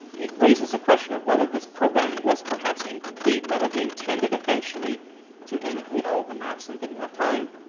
it raises the question of whether this program was perhaps incomplete. whether he intended eventually to annotate all the maps and didn't have time